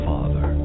Father